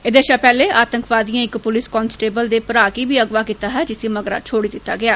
ऐदे शा पैहले आतंकवादियें इक पुलस कांस्टेबल दे परा गी अगवाह कीता हा जिसी मगरा छोडी दिता गेआ